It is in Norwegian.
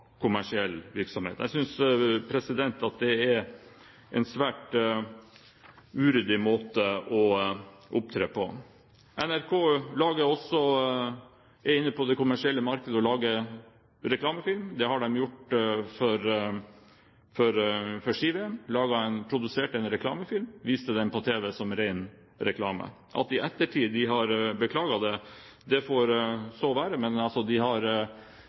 kommersiell virksomhet. Jeg synes det er en svært uryddig måte å opptre på. NRK er også inne på det kommersielle markedet og lager reklamefilm. Det har de gjort før ski-VM – produsert en reklamefilm og vist den på tv som ren reklame. At de i ettertid beklaget det, får så være. Men de har